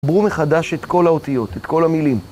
קברו מחדש את כל האותיות, את כל המילים.